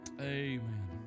Amen